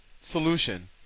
solution